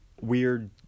weird